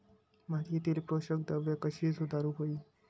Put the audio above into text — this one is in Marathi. मातीयेतली पोषकद्रव्या कशी सुधारुक होई?